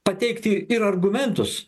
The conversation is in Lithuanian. pateikti ir argumentus